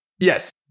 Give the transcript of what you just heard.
Yes